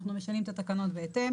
אנחנו משנים את התקנות בהתאם.